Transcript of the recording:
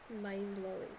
mind-blowing